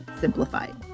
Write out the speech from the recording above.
simplified